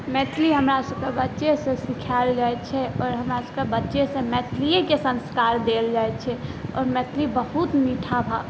मैथिली हमरासभके बच्चेसॅं सीखायल जाइ छै आओर हमरासभके बच्चेसॅं मैथिलियक संस्कार देल जाइ छै आओर मैथिली बहुत मीठा